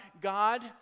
God